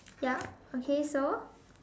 ya okay so